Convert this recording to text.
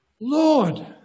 Lord